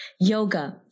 yoga